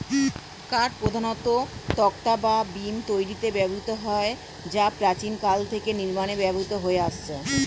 কাঠ প্রধানত তক্তা বা বিম তৈরিতে ব্যবহৃত হয় যা প্রাচীনকাল থেকে নির্মাণে ব্যবহৃত হয়ে আসছে